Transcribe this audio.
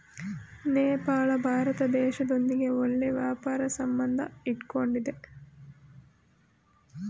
ನೇಪಾಳ ಭಾರತ ದೇಶದೊಂದಿಗೆ ಒಳ್ಳೆ ವ್ಯಾಪಾರ ಸಂಬಂಧ ಇಟ್ಕೊಂಡಿದ್ದೆ